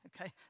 okay